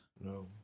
No